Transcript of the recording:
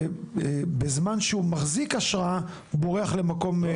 שבזמן שהוא מחזיק אשרה בורח למקום אחר.